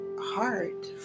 heart